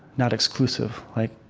not-exclusive. like